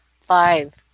five